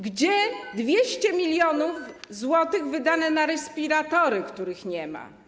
Gdzie 200 mln zł wydane na respiratory, których nie ma?